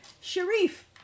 Sharif